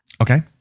Okay